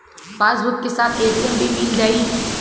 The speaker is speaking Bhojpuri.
पासबुक के साथ ए.टी.एम भी मील जाई?